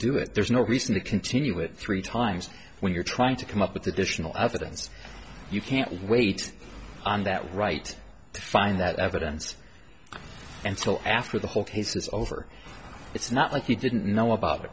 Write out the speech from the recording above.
do it there's no reason to continue with three times when you're trying to come up with additional evidence you can't wait on that right to find that evidence and so after the whole case is over it's not like he didn't know about